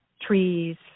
trees